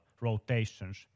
rotations